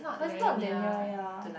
but is not that near ya